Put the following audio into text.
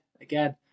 again